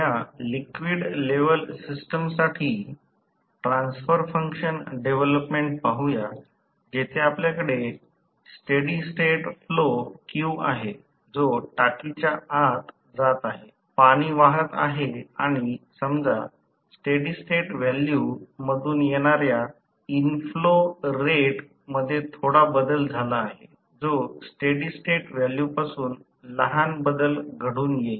17 आता आपण साध्या लिक्विड लेव्हल सिस्टम साठी ट्रान्सफर फंक्शन डेव्हलपमेंट पाहूया जेथे आपल्याकडे स्टेडी स्टेट फ्लो Q आहे जो टाकीच्या आत जात आहे पाणी वाहत आहे आणि समजा स्टेडी स्टेट व्हॅल्यू मधून येणार्या इनफ्लो रेट मध्ये थोडा बदल झाला आहे जो स्टेडी स्टेट व्हॅल्यूपासून लहान बदल घडून येईल